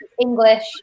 English